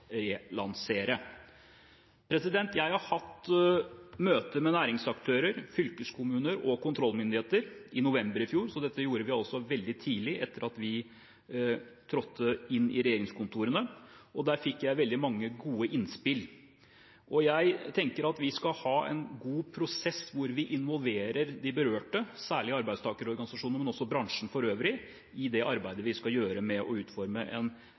relansere. Jeg hadde møter med næringsaktører, fylkeskommuner og kontrollmyndigheter i november i fjor, så dette gjorde vi altså veldig tidlig etter at vi trådte inn i regjeringskontorene. Der fikk jeg veldig mange gode innspill, og jeg tenker at vi skal ha en god prosess hvor vi involverer de berørte, særlig arbeidstakerorganisasjonene, men også bransjen for øvrig i det arbeidet vi skal gjøre med å utforme en